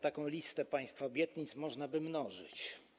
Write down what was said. Takie listy państwa obietnic można by mnożyć.